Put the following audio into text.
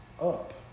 up